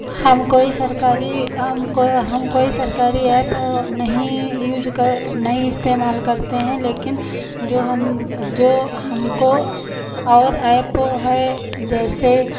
हम कोई सरकारी हमको हम कोई सरकारी ऐप नहीं यूज़ कर नहीं इस्तेमाल करते हैं लेकिन जो हम जो हमको और ऐप है जैसे